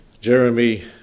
Jeremy